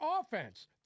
offense